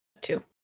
Two